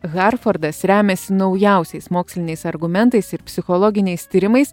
harfordas remiasi naujausiais moksliniais argumentais ir psichologiniais tyrimais